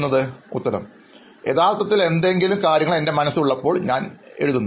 അഭിമുഖം സ്വീകരിക്കുന്നയാൾ യഥാർത്ഥത്തിൽ എന്തെങ്കിലും കാര്യങ്ങൾ എൻറെ മനസ്സിൽ ഉള്ളപ്പോൾ എല്ലാം ഞാനത് എഴുതുമായിരുന്നു